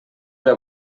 era